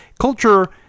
culture